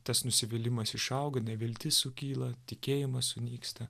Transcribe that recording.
tas nusivylimas išauga neviltis sukyla tikėjimas sunyksta